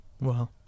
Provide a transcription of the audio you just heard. Wow